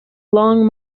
long